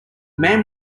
man